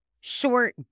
short